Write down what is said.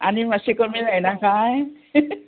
आनी मातशें कमी जायना कांय